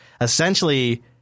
Essentially